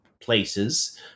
places